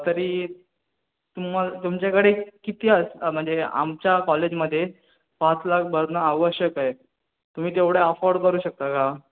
तरी तुम्हाला तुमच्याकडे किती आस म्हणजे आमच्या कॉलेजमध्ये पाच लाख भरणं आवश्यक आहे तुम्ही तेवढं अफोर्ड करू शकता का